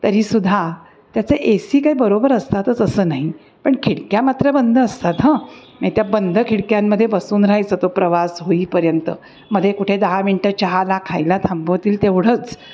तरी सुद्धा त्याचं ए सी काही बरोबर असतातच असं नाही पण खिडक्या मात्र बंद असतात हं न त्या बंद खिडक्यांमध्ये बसून राहायचा तो प्रवास होईपर्यंत मध्ये कुठे दहा मिनटं चहाला खायला थांबवतील तेवढंच